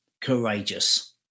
courageous